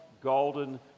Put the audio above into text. golden